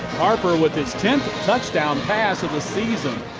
harper with his tenth touchdown pass of the season.